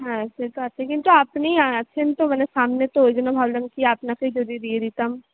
হ্যাঁ সে তো আছে কিন্তু আপনি আছেন তো মানে সামনে তো ওই জন্য ভাবলাম কি আপনাকেই যদি দিয়ে দিতাম